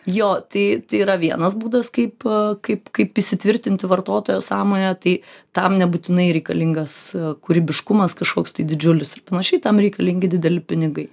jo tai tai yra vienas būdas kaip kaip kaip įsitvirtinti vartotojo sąmonėje tai tam nebūtinai reikalingas kūrybiškumas kažkoks tai didžiulis ir panašiai tam reikalingi dideli pinigai